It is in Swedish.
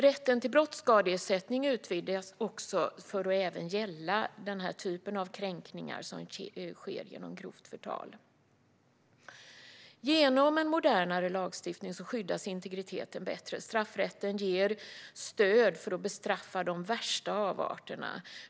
Rätten till brottsskadeersättning utvidgas till att även gälla den typ av kränkningar som sker genom grovt förtal. Genom en modernare lagstiftning skyddas integriteten bättre. Straffrätten ger stöd för att bestraffa de värsta avarterna.